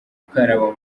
gukaraba